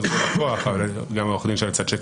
פה זה לא לקוח, אבל גם עורך הדין שנמצא מנגד.